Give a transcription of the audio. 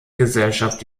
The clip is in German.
gesellschaft